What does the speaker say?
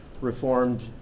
reformed